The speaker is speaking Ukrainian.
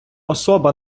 особа